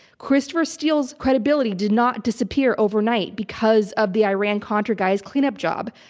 christopher steele's credibility did not disappear overnight because of the iran contra guy's cleanup job.